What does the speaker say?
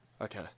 Okay